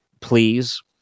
Please